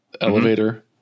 elevator